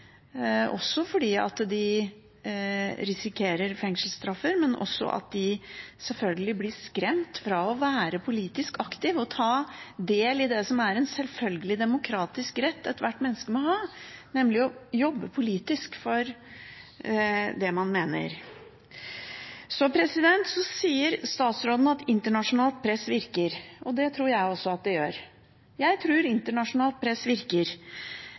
også fordi de selvfølgelig blir skremt fra å være politisk aktive og ta del i det som er en selvfølgelig demokratisk rett ethvert menneske må ha, nemlig retten til å jobbe politisk for det man mener. Statsråden sier at internasjonalt press virker, og det tror jeg også at det gjør. Jeg tror internasjonalt press virker.